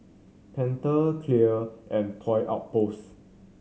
Pentel Clear and Toy Outpost